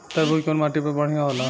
तरबूज कउन माटी पर बढ़ीया होला?